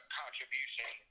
contribution